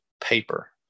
paper